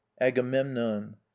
agamemnon